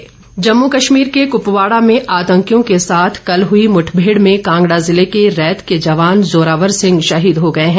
शहीद जम्मू कश्मीर के कुपवाड़ा में आतंकियों के साथ कल हुई मुठभेड़ में कांगड़ा ज़िले के रैत के जवान जोरावर सिंह शहीद हो गए हैं